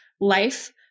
life-